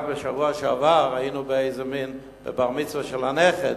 רק בשבוע שעבר היינו בבר-מצווה של הנכד,